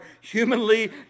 humanly